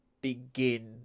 begin